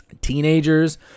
teenagers